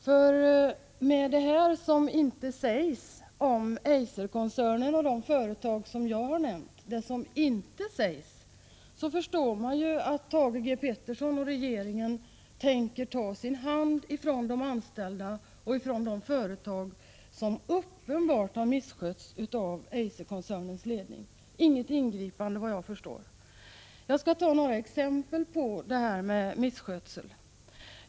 Genom det som inte sägs om Eiserkoncernen och de företag som jag har nämnt förstår man att Thage G. Peterson och regeringen tänker ta sin hand från de anställda och dessa företag, som uppenbart har misskötts av Eiserkoncernens ledning. Inget ingripande, vad jag förstår. Jag skall anföra några exempel på misskötseln.